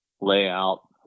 layout